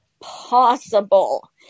possible